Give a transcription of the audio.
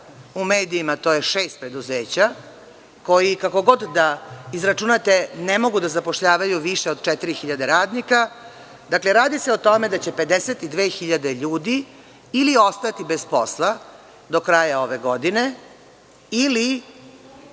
u medijima to je šest preduzeća, koji, kako god da izračunate, ne mogu da zapošljavaju više od 4.000 radnika. Dakle, radi se o tome da će 52.000 ljudi ili ostati bez posla do kraja ove godine ili